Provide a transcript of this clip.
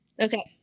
Okay